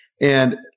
And-